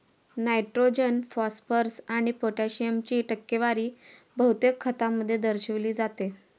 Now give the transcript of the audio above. nitrogen, phosphorus आणि पोटॅशियमची टक्केवारी बहुतेक खतांमध्ये दर्शविली जाते